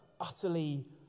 utterly